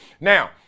Now